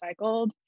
recycled